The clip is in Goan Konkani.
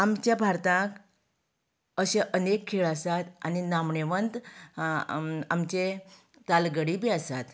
आमच्या भारतांत अशें अनेक खेळ आसात आनी नामणेवंत आमचें तालगडी बी आसात